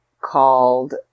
called